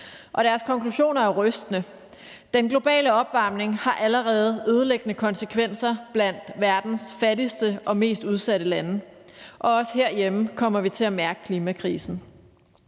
deres konklusioner er rystende: Den globale opvarmning har allerede ødelæggende konsekvenser blandt verdens fattigste og mest udsatte lande, og også herhjemme kommer vi til at mærke klimakrisen.